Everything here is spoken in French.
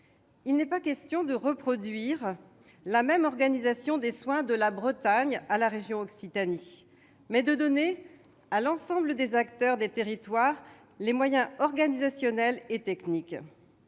Il est question non pas de reproduire la même organisation des soins de la Bretagne à la région Occitanie, mais de donner à l'ensemble des acteurs des territoires les moyens organisationnels et techniques